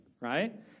right